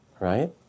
right